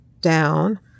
down